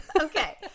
okay